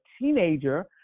teenager